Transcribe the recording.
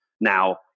now